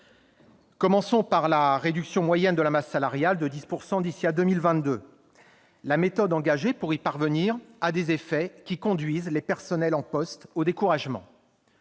Commençons par la réduction moyenne de la masse salariale de 10 % d'ici à 2022. La méthode engagée pour y parvenir a des effets qui conduisent les personnels en poste au découragement.